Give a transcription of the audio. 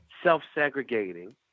self-segregating